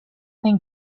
think